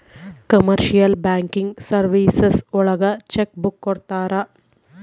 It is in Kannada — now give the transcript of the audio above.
ಕಮರ್ಶಿಯಲ್ ಬ್ಯಾಂಕಿಂಗ್ ಸರ್ವೀಸಸ್ ಒಳಗ ಚೆಕ್ ಬುಕ್ ಕೊಡ್ತಾರ